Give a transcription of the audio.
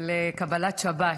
לקבלת שבת.